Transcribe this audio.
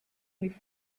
with